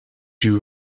you